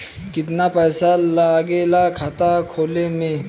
कितना पैसा लागेला खाता खोले में?